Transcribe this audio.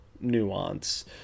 nuance